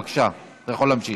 בבקשה, אתה יכול להמשיך.